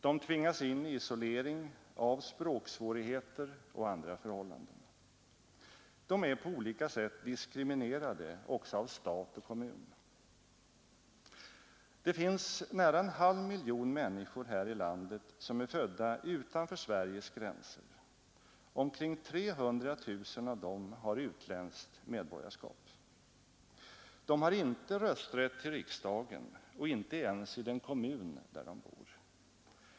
De tvingas in i isolering, av språksvårigheter och andra förhållanden. De är på olika sätt diskriminerade också av stat och kommun. Det finns nära en halv miljon människor här i landet som är födda utanför Sveriges gränser. Omkring 300 000 av dem har utländskt medborgarskap. De har inte rösträtt till riksdagen och inte ens i den kommun där de bor.